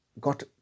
got